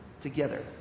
together